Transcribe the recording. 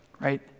Right